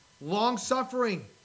Long-suffering